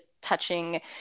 touching